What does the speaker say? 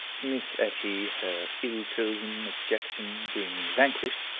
miss etty, her ill-chosen objection being vanquished,